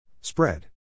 Spread